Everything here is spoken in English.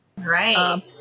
right